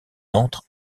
entrent